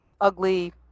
ugly